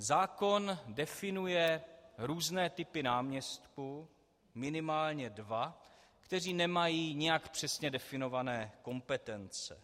Zákon definuje různé typy náměstků, minimálně dva, kteří nemají nijak přesně definované kompetence.